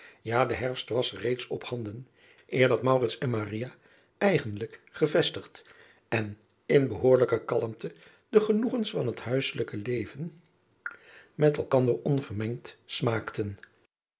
a de herfst was reeds op handen eer dat en eigenlijk gevestigd en in behoorlijke kalmte de genoegens van het huisselijk leven met elkander onvermengd smaakten